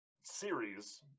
series